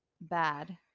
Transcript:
bad